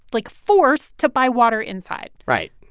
like, forced to buy water inside right.